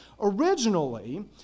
Originally